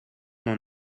n’en